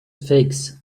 figs